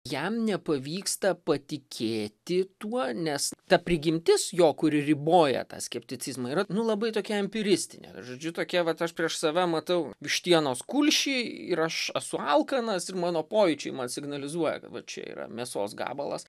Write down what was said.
jam nepavyksta patikėti tuo nes ta prigimtis jo kuri riboja tą skepticizmą yra nu labai tokia empiristinė žodžiu tokia vat aš prieš save matau vištienos kulšį ir aš esu alkanas ir mano pojūčiai man signalizuoja kad va čia yra mėsos gabalas